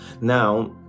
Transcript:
now